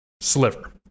sliver